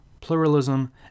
pluralism